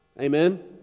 Amen